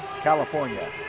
California